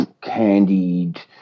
candied